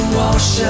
wash